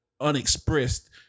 unexpressed